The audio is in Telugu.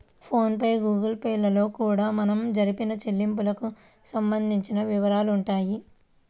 ఫోన్ పే గుగుల్ పే లలో కూడా మనం జరిపిన చెల్లింపులకు సంబంధించిన వివరాలుంటాయి